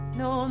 no